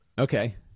Okay